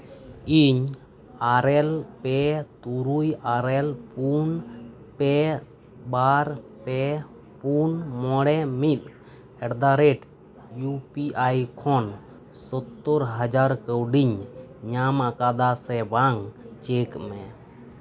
ᱤᱧ ᱟᱨᱮᱞ ᱯᱮ ᱛᱩᱨᱩᱭ ᱟᱨᱮᱞ ᱯᱩᱱ ᱯᱮ ᱵᱟᱨ ᱯᱮ ᱯᱩᱱ ᱢᱚᱬᱮ ᱢᱤᱫ ᱮᱴᱫᱟᱨᱮᱰ ᱤᱭᱩ ᱯᱤ ᱟᱭ ᱠᱷᱚᱱ ᱥᱳᱛᱛᱚᱨ ᱦᱟᱡᱟᱨ ᱠᱟᱹᱣᱰᱤᱧ ᱧᱟᱢ ᱟᱠᱟᱫᱟ ᱥᱮ ᱵᱟᱝ ᱪᱮᱠ ᱢᱮ